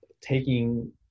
taking